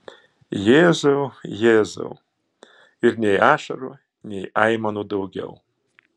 jėzau jėzau ir nei ašarų nei aimanų daugiau